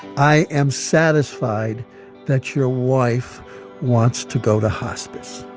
i am satisfied that your wife wants to go to hospice